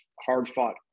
hard-fought